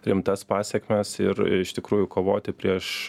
rimtas pasekmes ir iš tikrųjų kovoti prieš